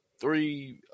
three